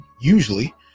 usually